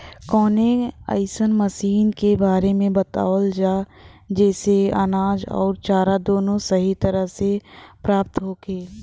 कवनो अइसन मशीन के बारे में बतावल जा जेसे अनाज अउर चारा दोनों सही तरह से प्राप्त होखे?